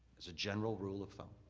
as a general rule of thumb.